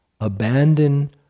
Abandon